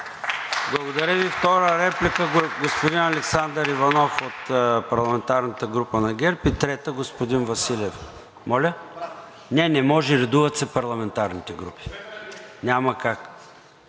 Благодаря Ви. Втора реплика, господин Александър Иванов от парламентарната група на ГЕРБ, и трета – господин Василев. (Реплики.) Не, не може, редуват се парламентарните групи. Няма как.